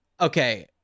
okay